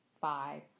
five